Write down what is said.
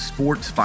Sports